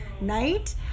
night